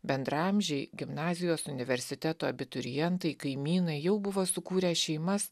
bendraamžiai gimnazijos universiteto abiturientai kaimynai jau buvo sukūrę šeimas